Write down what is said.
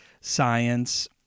science